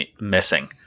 missing